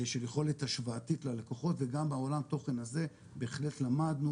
של יכולת השוואתית ללקוחות וגם בעולם תוכן הזה בהחלט למדנו